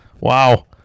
Wow